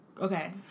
Okay